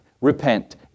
repent